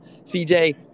CJ